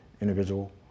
individual